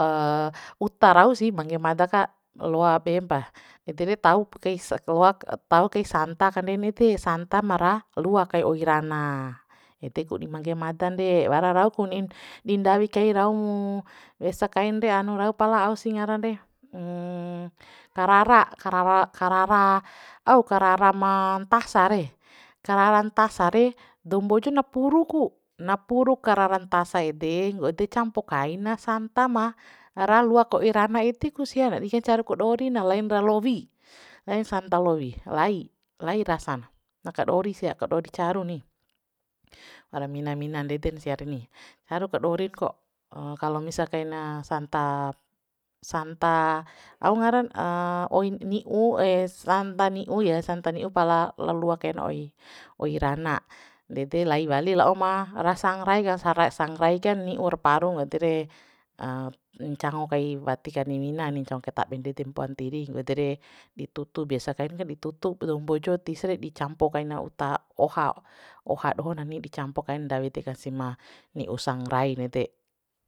uta rau sih mangge mada ka loa bem pa ede re taup kai loa tau kai santa kanen ede santa ma ra lua kai oi rana ede ku di mangge madan re wara rau kunin di ndawi kai rau mu biasa kain hanu rau pala auasih ngaran re karara karara karara au karara ma ntasa re karara ntasa re dou mbojo na puru ku na puruk karara ntasa ede nggo ede campo kaina santa ma ra lua kai oi rana ede ku sia nadi kain caru kadori na lain ra lowi lain santa lowi lai lai rasa na na kadori sia kadori caru ni ra mina mina ndeden sia reni caru kadori kok kalo misa kaina santa santa au ngaran oi ni'u santa ni'u ya santa ni'u pala la lua kain oi oi rana ndede lai wali la'o ma ra sangrai kai sarae sangraikan ni'u raparu nggo ede re ncango kai wati kani mina ni ncango kai tab'e ndede mpoa ntiri nggo ede re di tutu biasa kain ka di tutup dou mbojo tis re di campo kaina uta oha oha doho nani di campo kain ndawi deka si ma ni'u sangrai nede